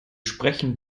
sprechen